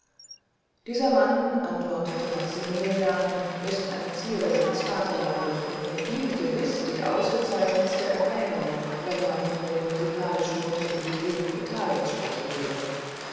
dieser mann antwortete maximilian ist eine zierde seines vaterlandes und verdient gewiß die ausgezeichnetste erwähnung wenn man von den musikalischen notabilitäten italiens sprechen will